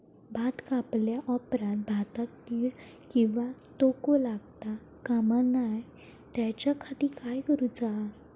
भात कापल्या ऑप्रात भाताक कीड किंवा तोको लगता काम नाय त्याच्या खाती काय करुचा?